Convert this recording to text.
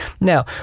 Now